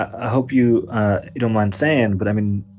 ah hope you don't mind sayin'. but, i mean,